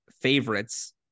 favorites